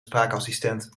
spraakassistent